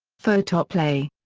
photoplay.